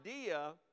idea